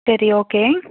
சரி ஓகே